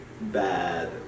bad